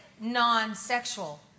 non-sexual